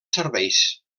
serveis